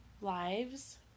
lives